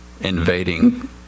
invading